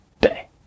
day